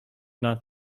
not